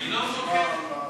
כבוד היושב-ראש, את הרשימה בבקשה.